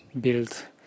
built